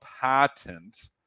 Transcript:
patent